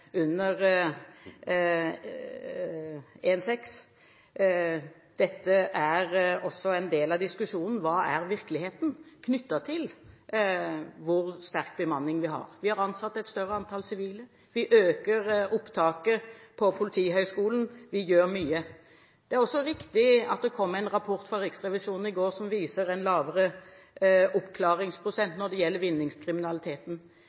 En del av diskusjonen er også: Hva er virkeligheten knyttet til hvor sterk bemanning vi har? Vi har ansatt et større antall sivile, vi øker opptaket på Politihøgskolen, vi gjør mye. Det er også riktig at det kom en rapport fra Riksrevisjonen i går som viser en lavere